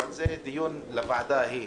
אבל זה דיון לוועדה ההיא.